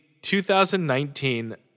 2019